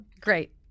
Great